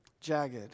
jagged